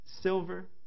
silver